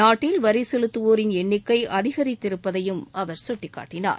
நாட்டில் வரி செலுத்வோரின் எண்ணிக்கை அதிகரித்திருப்பதையும் அவர் சுட்டிக்காட்டினார்